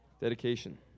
Dedication